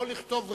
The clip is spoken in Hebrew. או לכתוב רי"ש,